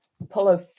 Apollo